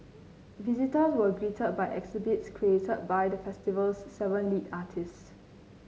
visitors were greeted by exhibits created by the festival's seven lead artists